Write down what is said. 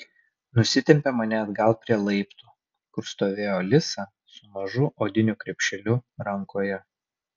nusitempė mane atgal prie laiptų kur stovėjo alisa su mažu odiniu krepšeliu rankoje